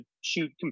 shoot